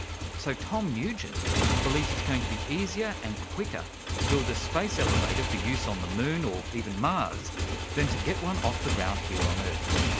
so tom nugent believes it's going to be easier and quicker to build a space elevator for use on the moon or even mars than to get one off the ground here on earth.